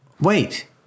Wait